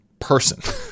person